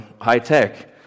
high-tech